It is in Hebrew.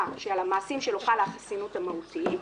שעל המעשים שלו חלה החסינות המהותית,